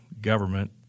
government